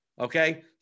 Okay